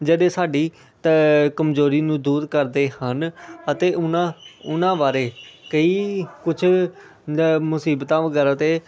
ਜਿਹੜੇ ਸਾਡੀ ਕਮਜ਼ੋਰੀ ਨੂੰ ਦੂਰ ਕਰਦੇ ਹਨ ਅਤੇ ਉਹਨਾਂ ਉਹਨਾਂ ਬਾਰੇ ਕਈ ਕੁਝ ਮੁਸੀਬਤਾਂ ਵਗੈਰਾ ਤਾਂ